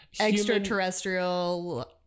Extraterrestrial